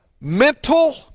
mental